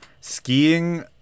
Skiing